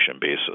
basis